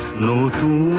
low to